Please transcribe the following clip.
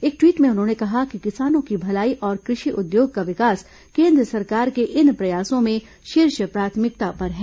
एक ट्वीट में उन्होंने कहा कि किसानों की भलाई और कृषि उद्योग का विकास केन्द्र सरकार के इन प्रयासों में शीर्ष प्राथमिकता पर हैं